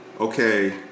okay